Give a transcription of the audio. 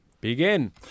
Begin